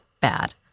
bad